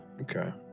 Okay